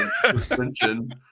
suspension